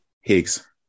Higgs